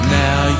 now